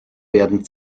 werden